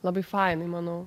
labai fainai manau